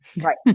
Right